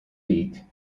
beak